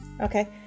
Okay